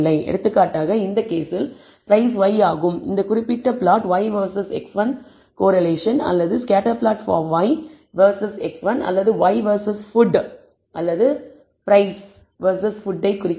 எடுத்துக்காட்டாக இந்த கேஸில் பிரைஸ் y ஆகும் இந்த குறிப்பிட்ட plot y versus x1 correlation அல்லது ஸ்கேட்டர் பிளாட் பார் y வெர்சஸ் x1 அல்லது y வெர்சஸ் ஃபுட் அல்லது பிரைஸ் வெர்சஸ் ஃபுட் ஐ குறிக்கிறது